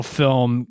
film